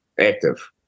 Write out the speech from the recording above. active